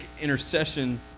intercession